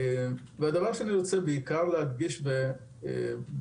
הדבר שאני רוצה בעיקר להדגיש בדברים